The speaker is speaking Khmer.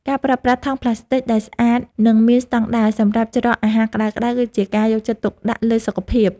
ការប្រើប្រាស់ថង់ប្លាស្ទិកដែលស្អាតនិងមានស្តង់ដារសម្រាប់ច្រកអាហារក្តៅៗ គឺជាការយកចិត្តទុកដាក់លើសុខភាព។